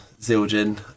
Zildjian